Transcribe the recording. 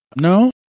no